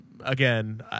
again